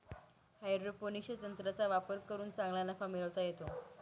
हायड्रोपोनिक्सच्या तंत्राचा वापर करून चांगला नफा मिळवता येतो